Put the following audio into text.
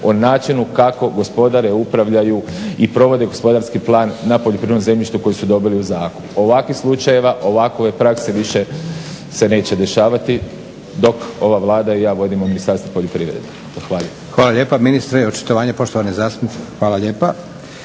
o načinu kako gospodare, upravljaju i provode gospodarski plan na poljoprivrednom zemljištu koji su dobili u zakup. Ovakvih slučajeva, ovakve prakse se više neće dešavati dok ova Vlada i ja vodimo Ministarstvo poljoprivrede. Zahvaljujem. **Leko, Josip (SDP)** Hvala lijepa